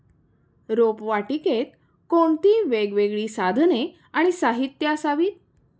रोपवाटिकेत कोणती वेगवेगळी साधने आणि साहित्य असावीत?